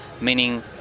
meaning